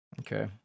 Okay